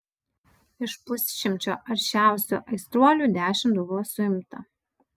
iš pusšimčio aršiausių aistruolių dešimt buvo suimta